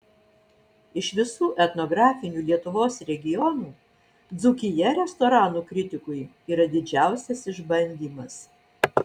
iš visų etnografinių lietuvos regionų dzūkija restoranų kritikui yra didžiausias išbandymas